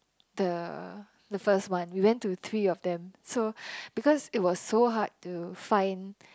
the the first one we went to three of them so because it was so hard to find